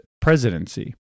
presidency